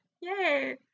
Yay